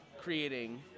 creating